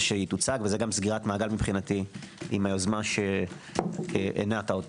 שתוצג וזה סגירת מעגל מבחינתי עם היוזמה שהנעת אותה.